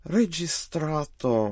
registrato